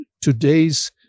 today's